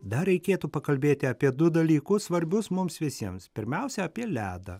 dar reikėtų pakalbėti apie du dalykus svarbius mums visiems pirmiausia apie ledą